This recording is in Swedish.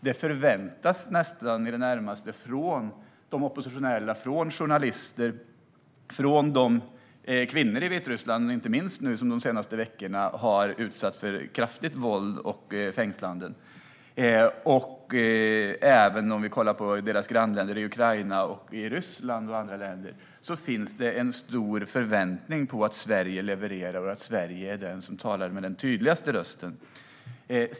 Ett agerande av Sverige förväntas i det närmaste från de oppositionella, från journalister och inte minst från de kvinnor i Vitryssland som under de senaste veckorna har utsatts för kraftigt våld och fängslanden. Om vi kollar på grannländerna Ryssland, Ukraina och andra länder ser vi också där att det finns en stor förväntan på att Sverige levererar och att Sverige är den som talar med den tydligaste rösten.